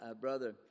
brother